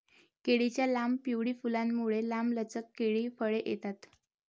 केळीच्या लांब, पिवळी फुलांमुळे, लांबलचक केळी फळे येतात